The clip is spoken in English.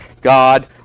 God